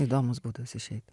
įdomus būdas išeit